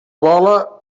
vola